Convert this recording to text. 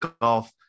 golf